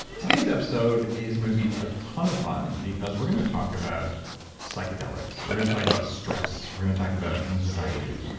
today's episode is going to be a ton of fun because we're going to talk about psychedelics. we're going to talk about stress. we're going to talk about anxiety.